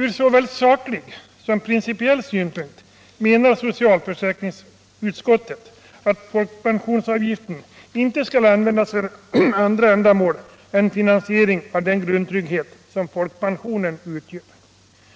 Från såväl saklig som principiell synpunkt menar socialförsäkringsutskottet att folkpensionsavgiften inte skall användas för andra ändamål än finansiering av den grundtrygghet som folkpensionen utgör.